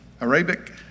Arabic